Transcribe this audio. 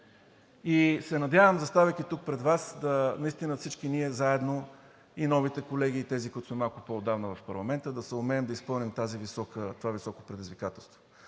нас. Надявам се, заставайки тук пред Вас, че всички ние заедно – и новите колеги, и тези, които са малко по-отдавна в парламента, ще успеем да изпълним това високо предизвикателство.